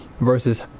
versus